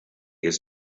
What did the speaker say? his